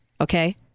Okay